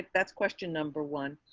that's question number one.